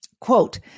Quote